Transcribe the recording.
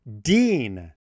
Dean